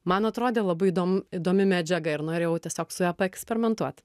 man atrodė labai įdom įdomi medžiaga ir norėjau tiesiog su ja paeksperimentuot